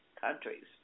countries